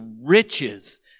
riches